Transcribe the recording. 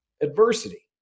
adversity